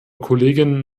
kollegin